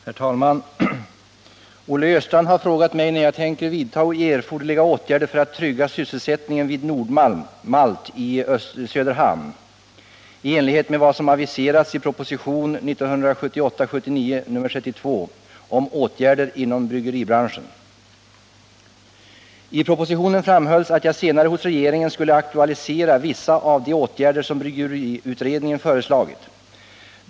Herr talman! Olle Östrand har frågat mig när jag tänker vidta erforderliga åtgärder för att trygga sysselsättningen vid Nord-Malt AB i Söderhamn i enlighet med vad som aviserats i propositionen 1978/79:32 om åtgärder inom bryggeribranschen. I propositionen framhölls att jag senare hos regeringen skulle aktualisera vissa av de åtgärder som bryggeriutredningen föreslagit.